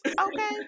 okay